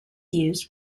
used